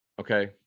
okay